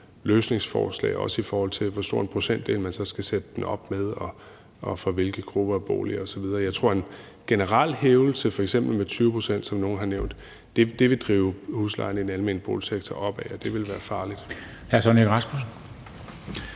løsningsforslag, også i forhold til hvor stor en procentdel man så skal sætte maksimumsbeløbet op med og for hvilke grupper af boliger osv. Jeg tror, at en generel hævelse med f.eks. 20 pct., som nogle har nævnt, vil drive huslejen i den almene boligsektor opad, og det ville være farligt.